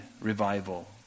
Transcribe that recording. revival